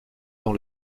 dans